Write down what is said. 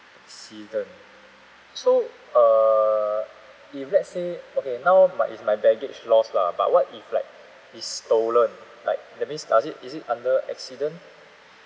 accident so err if let's say okay now my it's my baggage lost lah but what if like it's stolen like that means does it is it under accident